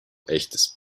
echtes